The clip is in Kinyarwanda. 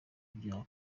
bya